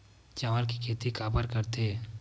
चावल के खेती काबर करथे?